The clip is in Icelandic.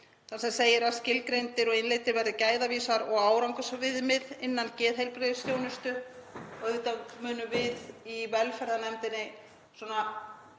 þar sem segir að skilgreindir og innleiddir verði gæðavísar og árangursviðmið innan geðheilbrigðisþjónustu. Auðvitað munum við í velferðarnefndinni ganga